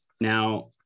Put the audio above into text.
now